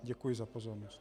Děkuji za pozornost.